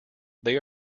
they